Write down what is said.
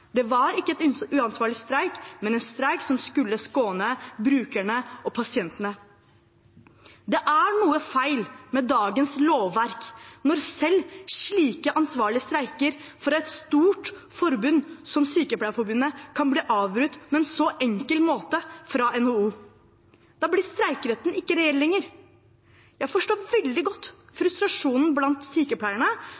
Det var ikke en uansvarlig streik, men en streik som skulle skåne brukerne og pasientene. Det er noe feil med dagens lovverk når selv ansvarlige streiker i et stort forbund som Sykepleierforbundet kan bli avbrutt på en så enkel måte av NHO. Da blir streikeretten ikke lenger reell. Jeg forstår veldig godt